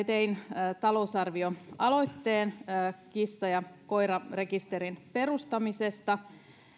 teinkin talousarvioaloitteen kissa ja koirarekisterin perustamisesta